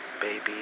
baby